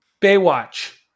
Baywatch